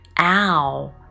ow